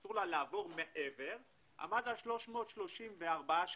אסור לה לעבור מעבר - עמד על 334 שקלים.